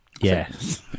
Yes